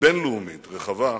בין-לאומית רחבה,